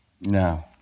No